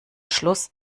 schluss